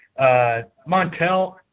Montel